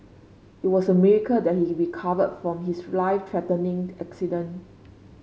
it was a miracle that he recovered from his life threatening accident